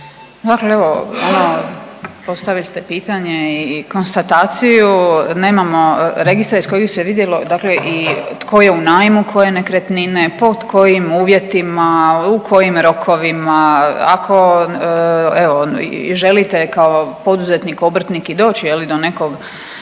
Dakle, evo ono postavili ste pitanje i konstataciju, nemamo registar iz kojeg bi se vidjelo i tko je u najmu koje nekretnine, pod kojim uvjetima, u kojim rokovima. Ako evo i želite kao poduzetnik i obrtnik i doći do nekog